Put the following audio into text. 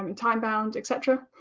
um time-bound, et cetera,